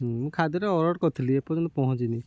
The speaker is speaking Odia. ମୁଁ ଖାଦ୍ୟଟା ଅର୍ଡ଼ର୍ କରିଥିଲି ଏପର୍ଯ୍ୟନ୍ତ ପହଞ୍ଚିନି